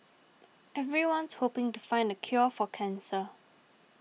everyone's hoping to find the cure for cancer